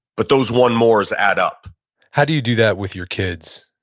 but those one mores add up how do you do that with your kids?